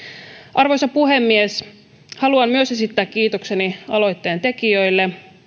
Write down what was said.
arvoisa puhemies haluan myös esittää kiitokseni aloitteen tekijöille